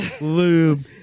Lube